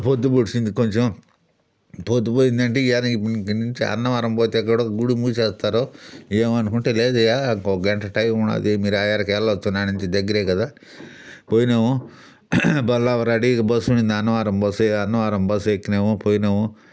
పొద్దు పొడిచింది కొంచెం పొద్దు పోయిందంటే ఇక్కడ నుంచి అన్నవరం పోతే కూడా గుడి మూసేస్తారు ఏమనుకుంటే ఒక గంట టైం ఉన్నది మీరు ఆ యారికల్లా వెళ్లొచ్చు దగ్గరే కదా పోయినాము మళ్ళా రెడీగా బస్సు ఉనింది అన్నవరం బస్సు అన్నవరం బస్సు ఎక్కినాము పోయినాము